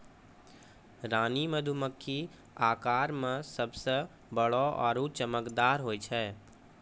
रानी मधुमक्खी आकार मॅ सबसॅ बड़ो आरो चमकदार होय छै